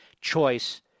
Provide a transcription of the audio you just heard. choice